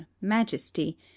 majesty